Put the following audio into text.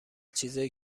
چیزایی